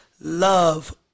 love